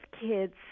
kids